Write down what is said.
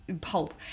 Pulp